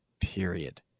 period